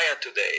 today